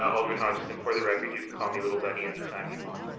alderman hodges. and for the record, you can call me little buddy any time you want.